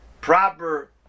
proper